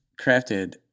crafted